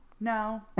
No